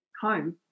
home